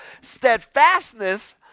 Steadfastness